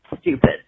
Stupid